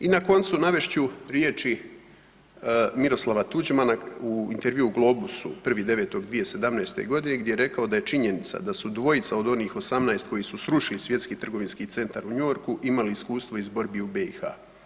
I na koncu, navest ću riječi Miroslava Tuđmana u intervjuu u Globusu 1.9.2017. g. gdje je rekao da je činjenica da su dvojica od onih 18 koji su srušili Svjetski trgovinski centar u New Yorku, imali iskustvo iz borbi u BiH.